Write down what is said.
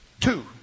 Two